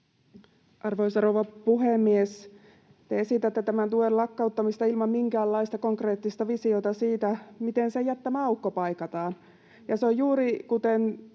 Arvoisa rouva puhemies! Te esitätte tämän tuen lakkauttamista ilman minkäänlaista konkreettista visiota siitä, miten sen jättämä aukko paikataan.